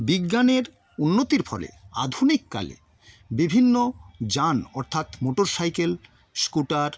বিজ্ঞানের উন্নতির ফলে আধুনিককালে বিভিন্ন যান অর্থাৎ মোটরসাইকেল স্কুটার